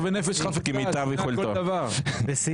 אני בלב פתוח ונפש חפצה שומע כל דבר.